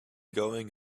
going